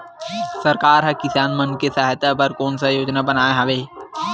सरकार हा किसान मन के सहायता बर कोन सा योजना बनाए हवाये?